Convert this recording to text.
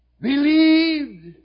believed